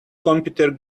computer